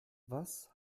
was